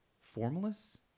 formless